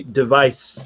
device